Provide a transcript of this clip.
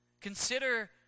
Consider